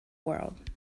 world